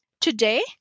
Today